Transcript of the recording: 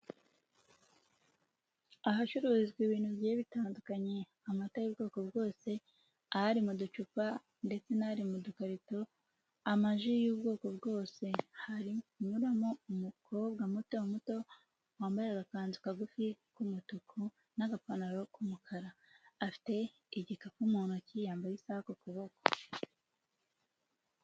Ahacururizwa ibintu bigiye bitandukanye, amata y'ubwoko bwose, ari mu ducupa ndetse n'ari mu dukarito, amaji y'ubwoko bwose. Hari kunyuramo umukobwa muto muto, wambaye agakanzu kagufi k'umutuku n'agapantaro k'umukara. Afite igikapu mu ntoki, yambaye isaha ku kuboko.